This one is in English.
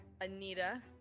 Anita